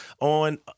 on